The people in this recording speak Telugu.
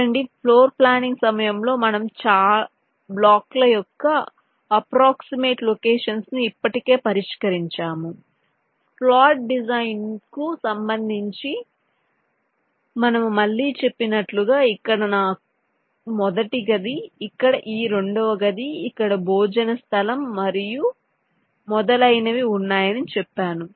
చూడండి ఫ్లోర్ప్లానింగ్ సమయంలో మనము బ్లాక్ల యొక్క అప్ప్రోక్సిమేట్ లొకేషన్స్ ను ఇప్పటికే పరిష్కరించాము ఫ్లాట్ డిజైన్ కు సంబంధించి మనము మళ్ళీ చెప్పినట్లుగా ఇక్కడ నా మొదటి గది ఇక్కడ ఈ రెండవ గది ఇక్కడ భోజన స్థలం మరియు మొదలైనవి ఉన్నాయని చెప్పాను